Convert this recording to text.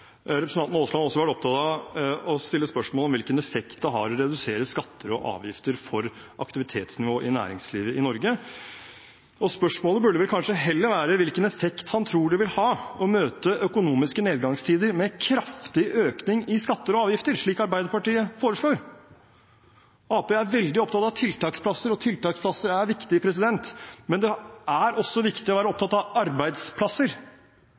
representanten Aasland også vært opptatt av å stille spørsmål ved hvilken effekt det å redusere skatter og avgifter har for aktivitetsnivået i næringslivet i Norge. Spørsmålet burde vel kanskje heller være hvilken effekt han tror det vil ha å møte økonomiske nedgangstider med kraftig økning i skatter og avgifter, slik Arbeiderpartiet foreslår. Arbeiderpartiet er veldig opptatt av tiltaksplasser, og tiltaksplasser er viktig, men det er også viktig å være opptatt av arbeidsplasser.